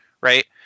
right